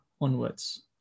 onwards